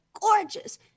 gorgeous